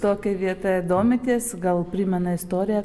tokia vieta domitės gal primena istoriją